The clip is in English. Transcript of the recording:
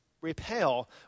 repel